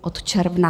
Od června.